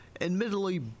admittedly